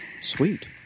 Sweet